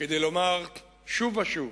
כדי לומר שוב ושוב: